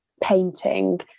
painting